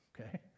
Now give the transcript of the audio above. okay